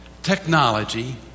Technology